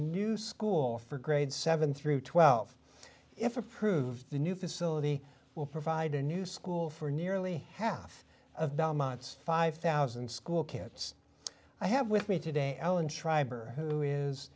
new school for grades seven through twelve if approved the new facility will provide a new school for nearly half of belmont's five thousand school kids i have with me today ellen schreiber who is